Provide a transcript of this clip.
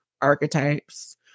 archetypes